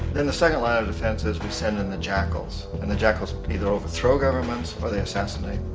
then the second line of defense is we send in the jackals. and the jackals either overthrow governments or they assassinate.